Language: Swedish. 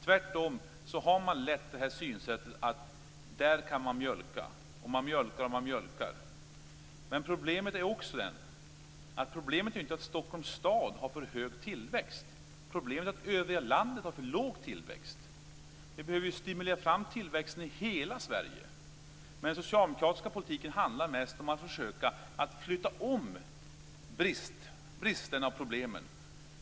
Tvärtom har man haft synsättet att man kan mjölka där. Man mjölkar och mjölkar. Problemet är inte att Stockholms stad har för hög tillväxt. Problemet är att övriga landet har för låg tillväxt. Vi behöver stimulera tillväxten i hela Sverige, men den socialdemokratiska politiken handlar mest om att försöka att flytta om bristerna och problemen.